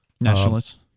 Nationalists